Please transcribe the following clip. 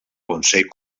consell